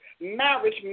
marriage